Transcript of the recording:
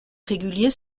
réguliers